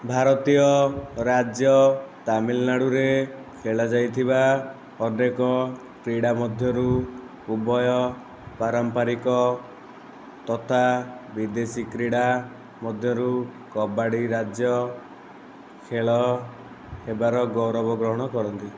ଭାରତୀୟ ରାଜ୍ୟ ତାମିଲନାଡ଼ୁରେ ଖେଳାଯାଇଥିବା ଅନେକ କ୍ରୀଡ଼ା ମଧ୍ୟରୁ ଉଭୟ ପାରମ୍ପାରିକ ତଥା ବିଦେଶୀ କ୍ରୀଡ଼ା ମଧ୍ୟରୁ କବାଡ଼ି ରାଜ୍ୟ ଖେଳ ହେବାର ଗୌରବ ଗ୍ରହଣ କରନ୍ତି